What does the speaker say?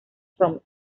from